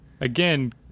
again